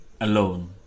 alone